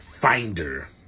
finder